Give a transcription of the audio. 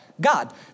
God